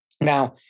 Now